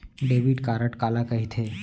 Debit card काला कहिथे?